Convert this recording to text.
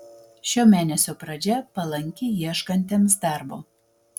šio mėnesio pradžia palanki ieškantiems darbo